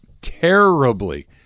terribly